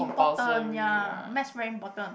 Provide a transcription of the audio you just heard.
important ya Maths very important